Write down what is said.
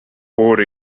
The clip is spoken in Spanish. por